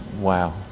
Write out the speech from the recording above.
Wow